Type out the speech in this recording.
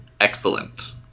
Excellent